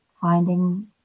finding